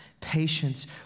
Patience